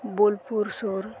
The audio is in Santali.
ᱵᱳᱞᱯᱩᱨ ᱥᱩᱨ